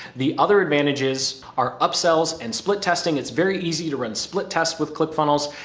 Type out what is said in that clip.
the other advantages are upsells and split testing. it's very easy to run split tests with click funnels,